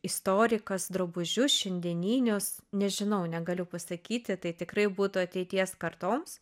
istorikas drabužius šiandieninius nežinau negaliu pasakyti tai tikrai būtų ateities kartoms